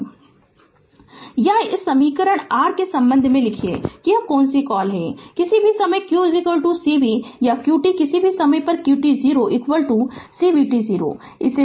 Refer Slide Time 1328 या इस समीकरण r से संबंध से लिखिए कि यह कौन सी कॉल है कि किसी भी समय q c v या qt किसी भी समय qt0 c vt0